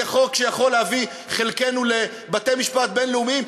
זה חוק שיכול להביא את חלקנו לבתי-משפט בין-לאומיים.